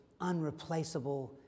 unreplaceable